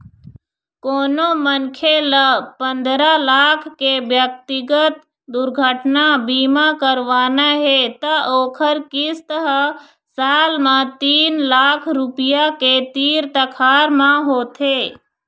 कोनो मनखे ल पंदरा लाख के ब्यक्तिगत दुरघटना बीमा करवाना हे त ओखर किस्त ह साल म तीन लाख रूपिया के तीर तखार म होथे